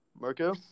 Marco